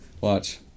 watch